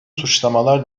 suçlamalar